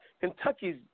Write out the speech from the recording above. Kentucky's